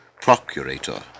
Procurator